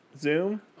Zoom